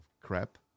crap